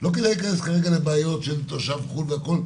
לא כדאי כרגע להיכנס לבעיות של תושב חו"ל והכול,